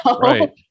right